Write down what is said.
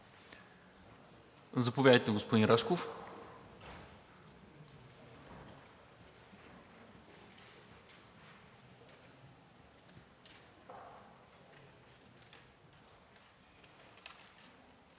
Заповядайте, господин Рашков.